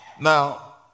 Now